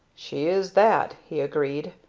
she is that he agreed.